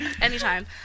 anytime